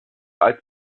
als